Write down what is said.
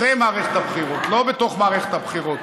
אחרי מערכת הבחירות, לא בתוך מערכת הבחירות.